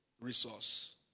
resource